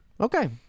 Okay